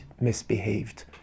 misbehaved